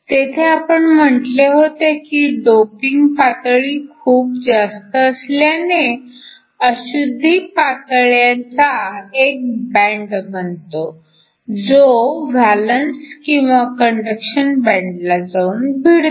तेथे आपण म्हटले होते की डोपिंग पातळी खूप जास्त असल्याने अशुद्धी पातळ्याचा एक बँड बनतो जो व्हॅलन्स किंवा कंडक्शन बँडला जाऊन भिडतो